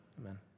Amen